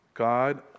God